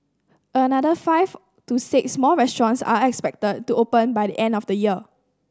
another five to six more restaurants are expected to open by the end of the year